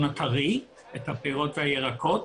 הטרי, את הפירות והירקות.